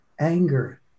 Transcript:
anger